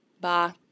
Bye